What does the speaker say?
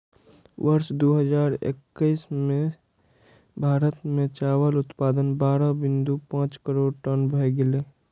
वर्ष दू हजार एक्कैस मे भारत मे चावल उत्पादन बारह बिंदु पांच करोड़ टन भए गेलै